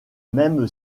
même